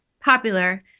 popular